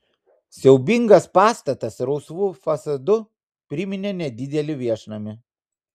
siaubingas pastatas rausvu fasadu priminė nedidelį viešnamį